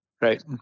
right